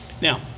now